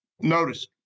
Notice